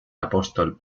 apóstol